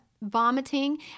Vomiting